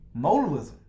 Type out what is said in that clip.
modalism